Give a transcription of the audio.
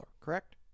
Correct